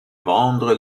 vendre